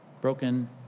Broken